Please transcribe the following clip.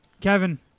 Kevin